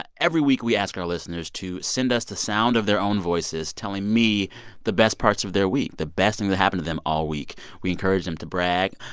ah every week, we ask our listeners to send us the sound of their own voices telling me the best parts of their week the best thing that happened to them all week. we encourage them to brag.